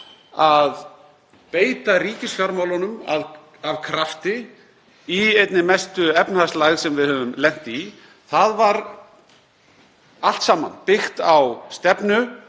að beita ríkisfjármálunum af krafti í einni mestu efnahagslægð sem við höfum lent í. Það var allt saman byggt á stefnu